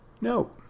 No